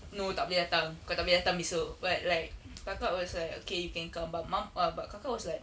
no tak boleh datang kau tak boleh datang besok but like kakak was like okay